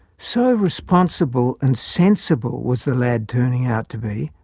so responsible and sensible was the lad turning out to be,